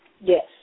Yes